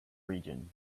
region